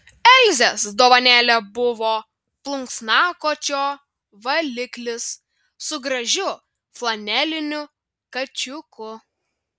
elzės dovanėlė buvo plunksnakočio valiklis su gražiu flaneliniu kačiuku